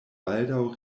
baldaŭ